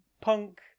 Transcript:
punk